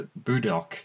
Budok